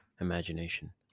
imagination